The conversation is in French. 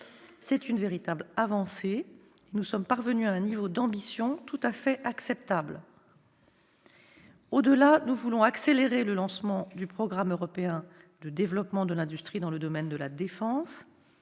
C'est une véritable avancée. Nous sommes parvenus à un niveau d'ambition tout à fait acceptable. Au-delà, nous voulons accélérer le lancement du Programme européen de développement industriel dans le domaine de la défense,